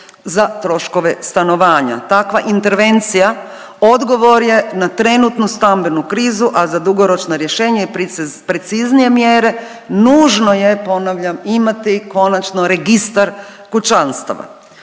za troškove stanovanja. Takva intervencija odgovor je na trenutnu stambenu krizu, a za dugoročno rješenje preciznije mjere nužno je ponavljam imati konačno imati registar kućanstava.